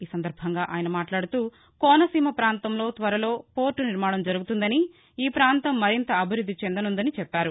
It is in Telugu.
ఈ సందర్బంగా మాట్లాడుతూకోనసీమ ప్రాంతంలో త్వరలో పోర్ట నిర్మాణం జరగనుందని ఈ ప్రాంతం మరింత అభివృద్ది చెందనుందని చెప్పారు